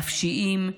נפשיים,